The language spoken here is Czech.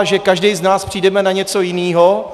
Že každý z nás přijdeme na něco jiného.